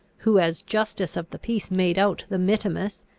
who as justice of the peace made out the mittimus,